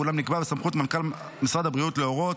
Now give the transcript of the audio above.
אולם נקבעה סמכות מנכ"ל משרד הבריאות להורות,